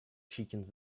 chickens